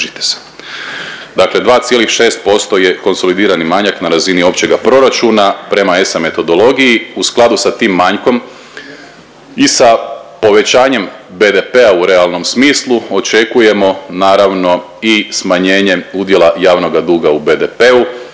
Dakle, 2,6% je konsolidirani manjak na razini općega proračuna prema ESA metodologiji. U skladu sa tim manjkom i sa povećanjem BDP-a u realnom smislu očekujemo naravno i smanjenje udjela javnoga duga u BDP-u.